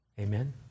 Amen